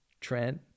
Trent